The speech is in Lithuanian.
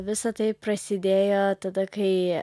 visa tai prasidėjo tada kai